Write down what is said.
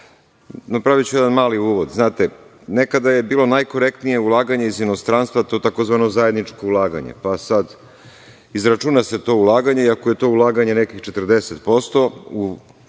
zakona. Napraviću jedan mali uvod, nekada je bilo najkorektnije ulaganje iz inostranstva, tzv. zajedničko ulaganje. Izračuna se to ulaganje i ako je to ulaganje nekih 40%